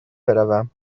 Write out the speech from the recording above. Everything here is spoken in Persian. بروم